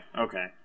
okay